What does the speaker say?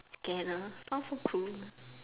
scanner sounds so cool